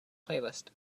playlist